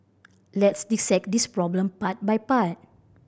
let's dissect this problem part by part